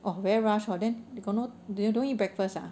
!wah! very rush hor then you got no you don't eat breakfast ah